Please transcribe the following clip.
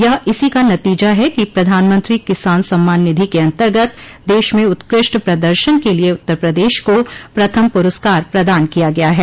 यह इसी का नतीजा है कि प्रधानमंत्री किसान सम्मान निधि के अन्तर्गत देश में उत्कृष्ट प्रदर्शन के लिये उत्तर प्रदेश को प्रथम पुरस्कार प्रदान किया गया है